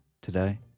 today